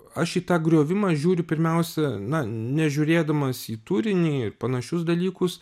aš į tą griovimą žiūriu pirmiausia na nežiūrėdamas į turinį į panašius dalykus